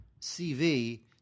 CV